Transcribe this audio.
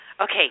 Okay